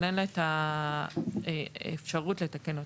אבל אין לה אפשרות לתקן אותו.